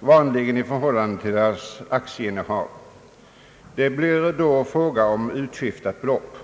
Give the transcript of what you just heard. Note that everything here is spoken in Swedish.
vanligen i förhållande till deras aktieinnehav. Det blir då fråga om utskiftat belopp.